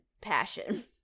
passion